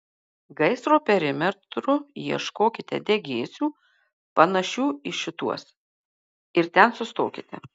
gaisro perimetru ieškokite degėsių panašių į šituos ir ten sustokite